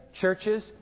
Churches